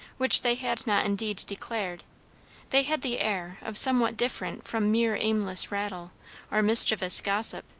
which they had not indeed declared they had the air of somewhat different from mere aimless rattle or mischievous gossip.